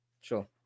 sure